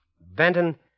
Benton